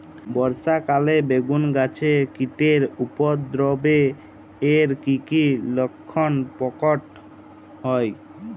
বর্ষা কালে বেগুন গাছে কীটের উপদ্রবে এর কী কী লক্ষণ প্রকট হয়?